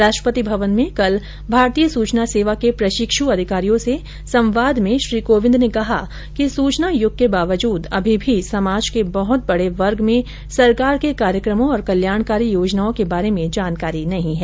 राष्ट्रपति भवन में कल भारतीय सूचना सेवा के प्रशिक्षु अधिकारियों से संवाद में श्री कोविंद ने कहा कि सूचना यूग के बावजूद अभी भी समाज के बहुत बेड़े वर्ग में सरकार के कार्यक्रमों और कल्याणकारी योजनाओं के बारे में जानकारी नहीं है